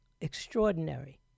extraordinary